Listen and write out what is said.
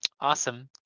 awesome